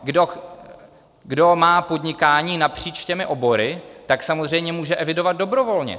Kdo chce, kdo má podnikání napříč těmi obory, tak samozřejmě může evidovat dobrovolně.